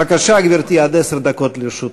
בבקשה, גברתי, עד עשר דקות לרשותך.